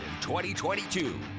2022